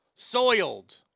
Soiled